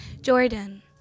Jordan